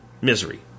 misery